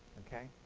ok?